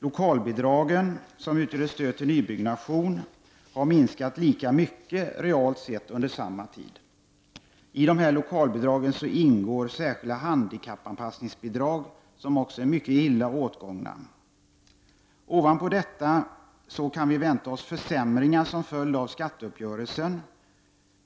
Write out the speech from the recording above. Lokalbidragen, som också utgör ett stöd till nybyggnation, har minskat lika mycket realt sett under samma tid. Av dessa lokalbidrag ingår särskilda handikappanpassningsbidrag som också är mycket illa åtgångna. Ovanpå detta kan vi vänta oss försämringar som följd av skatteuppgörelsen.